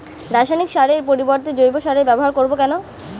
রাসায়নিক সারের পরিবর্তে জৈব সারের ব্যবহার করব কেন?